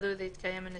אסיר